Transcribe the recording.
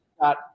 got